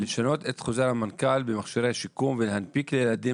לשנות את חוזר המנכ"ל במכשירי השיקום ולהנפיק לילדים